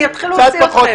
אני אתחיל להוציא אתכם.